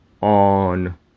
on